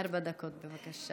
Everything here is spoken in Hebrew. ארבע דקות, בבקשה.